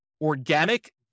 organic